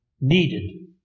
needed